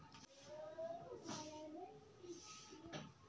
वित्तीय विनियम के माध्यम सॅ देश सही रूप सॅ व्यापार करैत अछि